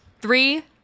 three